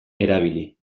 erabili